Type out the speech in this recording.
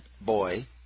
boy